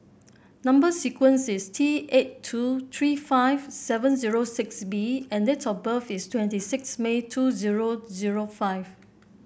number sequence is T eight two three five seven zero six B and date of birth is twenty six May two zero zero five